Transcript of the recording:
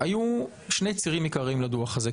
היו שני צירים עיקריים לדוח הזה,